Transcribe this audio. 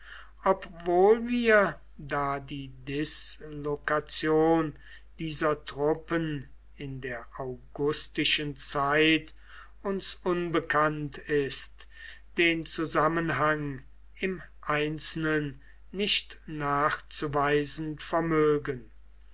obwohl wir da die dislokation dieser truppen in der augustischen zeit uns unbekannt ist den zusammenhang im einzelnen nicht nachzuweisen vermögen